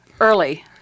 early